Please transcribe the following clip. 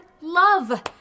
love